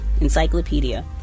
encyclopedia